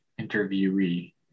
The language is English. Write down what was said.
interviewee